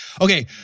Okay